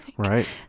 Right